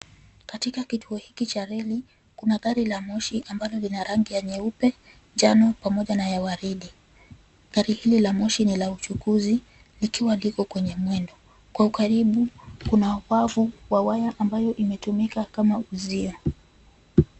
Katika kituo hiki cha reli kuna gari la moshi ambalo lina rangi ya nyeupe, njano pamoja na ya waridi. Gari hili la moshi ni la uchukuzi, likiwa liko kwenye mwendo. Kwa ukaribu kuna wavu wa waya ambayo imetumika kama uzio.